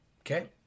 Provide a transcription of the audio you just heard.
okay